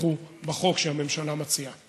יתמכו בחוק שהממשלה מציעה.